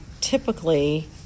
typically